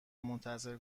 منتظر